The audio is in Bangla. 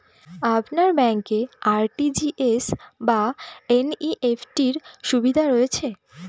আপনার ব্যাংকে আর.টি.জি.এস বা এন.ই.এফ.টি র সুবিধা রয়েছে?